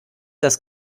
das